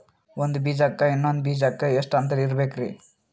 ಒಂದ್ ಬೀಜಕ್ಕ ಇನ್ನೊಂದು ಬೀಜಕ್ಕ ಎಷ್ಟ್ ಅಂತರ ಇರಬೇಕ್ರಿ?